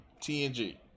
TNG